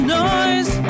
noise